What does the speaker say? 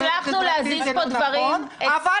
הצלחנו להזיז פה דברים --- אולי המילים מרד אזרחי זה לא נכון,